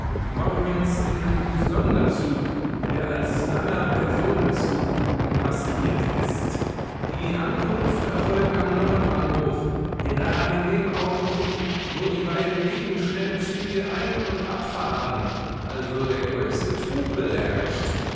morgens in einem sonderzug der als langer personenzug maskiert ist die ankunft erfolgt am nordbahnhof gerade in dem augenblick wo die beiden gegenschnellzüge ein und abfahren also der größte trubel herrscht